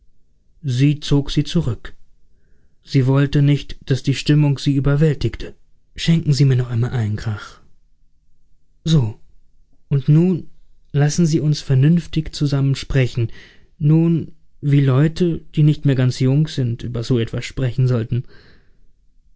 sie zog sie zurück sie wollte nicht daß die stimmung sie überwältigte schenken sie mir noch einmal ein grach so und nun lassen sie uns vernünftig zusammen sprechen nun wie leute die nicht mehr ganz jung sind über so etwas sprechen sollten